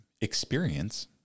experience